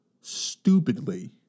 stupidly